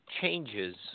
changes